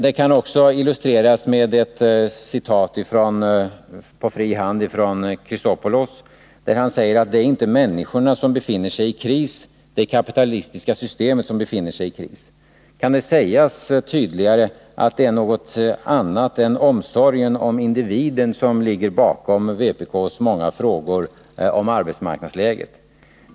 Jag kan också illustrera hur det förhåller sig med ett citat på fri hand från Alexander Chrisopoulos inlägg. Han sade: Det är inte människorna som befinner sig i kris — det är det kapitalistiska systemet som befinner sig i kris. Kan det sägas tydligare än att det är något annat än omsorgen om individen som ligger bakom vpk:s många frågor om arbetsmarknadsläget?